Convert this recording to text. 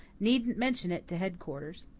needn't mention it to headquarters.